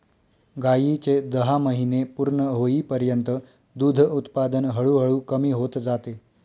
गायीचे दहा महिने पूर्ण होईपर्यंत दूध उत्पादन हळूहळू कमी होत जाते